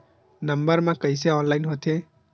Number मा कइसे online होथे?